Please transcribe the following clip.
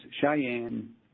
Cheyenne